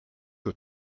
que